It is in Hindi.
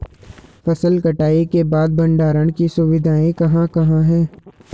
फसल कटाई के बाद भंडारण की सुविधाएं कहाँ कहाँ हैं?